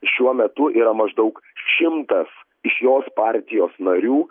šiuo metu yra maždaug šimtas iš jos partijos narių